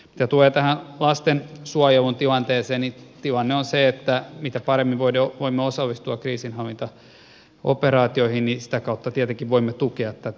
mitä tulee lastensuojelun tilanteeseen niin tilanne on se että mitä paremmin voimme osallistua kriisinhallintaoperaatioihin sitä paremmin tietenkin voimme sitä kautta tukea tätä